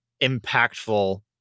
impactful